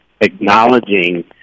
acknowledging